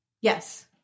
Yes